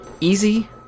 easy